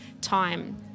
time